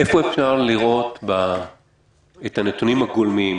איפה אפשר לראות את הנתונים הגולמיים,